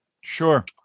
Sure